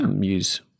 use